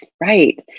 Right